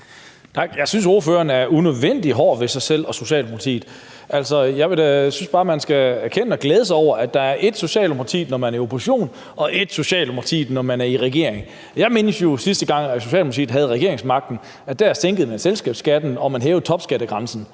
Jeg synes, ordføreren er unødvendig hård ved sig selv og Socialdemokratiet. Jeg synes bare, man skal erkende det og glæde sig over, at der er ét Socialdemokrati, når man er i opposition, og et andet Socialdemokrati, når man er i regering. Jeg mindes jo også, at man, sidste gang Socialdemokratiet havde regeringsmagten, sænkede selskabsskatten og hævede topskattegrænsen,